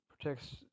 protects